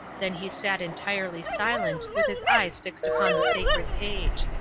then he sat entirely silent, with his eyes fixed upon the sacred page.